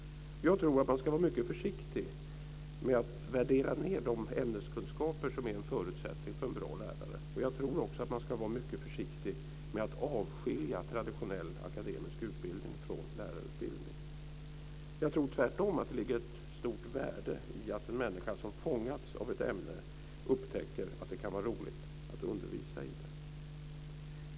Jag tror att man ska vara mycket försiktig med att värdera ned de ämneskunskaper som är en förutsättning för en bra lärare. Jag tror också att man ska vara mycket försiktig med att avskilja traditionell akademisk utbildning från lärarutbildning. Jag tror tvärtom att det ligger ett stort värde i att en människa som fångats av ett ämne upptäcker att det kan vara roligt att undervisa i det.